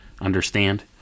Understand